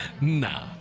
Nah